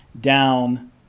down